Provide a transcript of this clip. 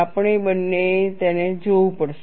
આપણે બંનેએ તેને જોવું પડશે